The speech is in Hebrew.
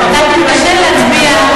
אתה תתקשה להצביע,